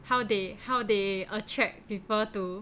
how they how they attract people to